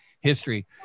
history